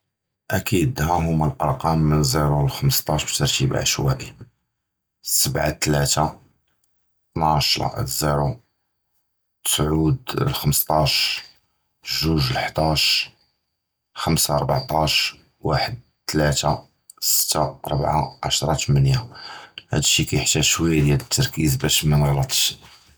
אַכִּיד, הָאהוּמָא אֻלְקָּרָאם מִן זֵירו לְחֻמְשְטַאש בִּתְרְתִיב עַשְוָאיּ סְבַעָה תְלָאתָה תְנַעְשׁ זֵירו תְסְעוּד חֻמְשְטַאש זְוְז חְדַאש חָמְסָה רְבְעְטַאש וַחְד תְלָאתָה שֵתָה רְבַעַה עַשְרָה תְמְנִיָּה, הַדָּא שִׁי כִּיַּחְתָּאַח שְׁוַיָּה דִיָּאל תַּרְכִּיז בַּשּׁ לְמַנְעְגְלַטש.